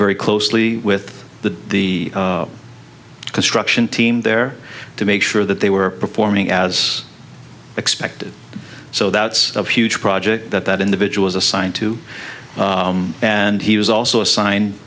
very closely with the the construction team there to make sure that they were performing as expected so that's a huge project that that individual is assigned to and he was also assigned